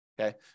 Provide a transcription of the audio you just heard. okay